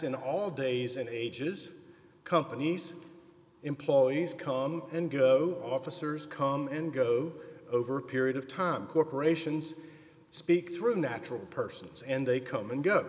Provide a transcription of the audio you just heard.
in all days and ages company's employees come and go officers come and go over a period of time corporations speak through natural persons and they come and go